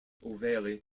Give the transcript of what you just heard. primarily